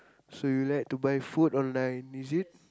so you like to buy food online is it